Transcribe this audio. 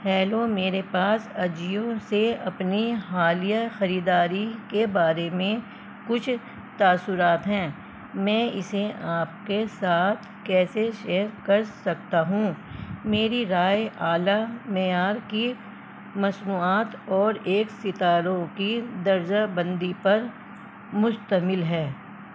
hello میرے پاس اجیو سے اپنی حالیہ خریداری کے بارے میں کچھ تاثرات ہیں میں اسے آپ کے ساتھ کیسے شیئر کر سکتا ہوں میری رائے اعلیٰ معیار کی مصنوعات اور ایک ستاروں کی درجہ بندی پر مشتمل ہے